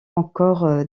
encore